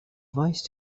wise